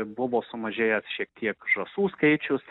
buvo sumažėjęs šiek tiek žąsų skaičius